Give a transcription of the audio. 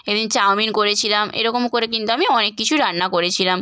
এক দিন চাউমিন করেছিলাম এরকম করে কিন্তু আমি অনেক কিছু রান্না করেছিলাম